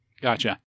Gotcha